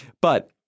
But-